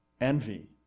Envy